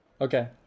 Okay